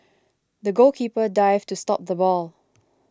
the goalkeeper dived to stop the ball